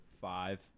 five